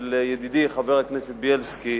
של ידידי חבר הכנסת בילסקי,